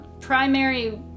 primary